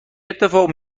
اتفاق